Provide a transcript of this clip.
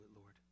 Lord